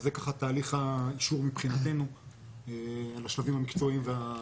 זה ככה תהליך האישור מבחינתנו בשלבים המקצועיים והטכניים.